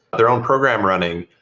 their own program running,